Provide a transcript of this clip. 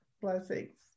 blessings